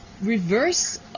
reverse